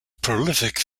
prolific